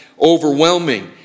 overwhelming